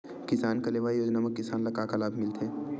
किसान कलेवा योजना म किसान ल का लाभ मिलथे?